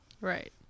Right